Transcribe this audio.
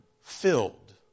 filled